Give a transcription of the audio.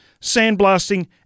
sandblasting